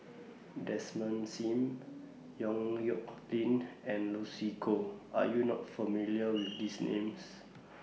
Desmond SIM Yong Nyuk Lin and Lucy Koh Are YOU not familiar with These Names